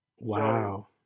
Wow